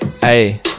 Hey